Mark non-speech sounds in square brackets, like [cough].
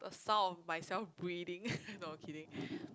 the sound of myself breathing [laughs] no I'm kidding